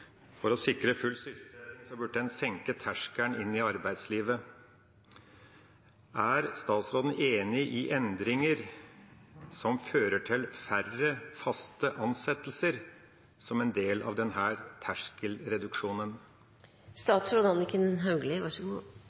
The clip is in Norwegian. for å sikre full sysselsetting burde en senke terskelen inn i arbeidslivet. Er statsråden enig i endringer som fører til færre faste ansettelser som en del av